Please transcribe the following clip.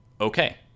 okay